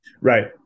right